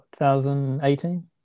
2018